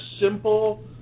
simple